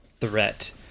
threat